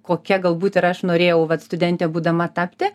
kokia galbūt ir aš norėjau vat studentė būdama tapti